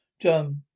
John